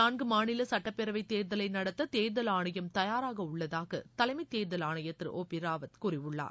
நான்கு மாநில சட்டப்பேரவைத்தேர்தலை நடத்த தேர்தல் ஆணையம் தயாராக உள்ளதாக தலைமைத்தேர்தல் ஆணையர் திரு ஓ பி ராவத் கூறியுள்ளார்